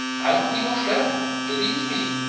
i will be your friend. believe me.